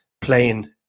playing